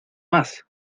más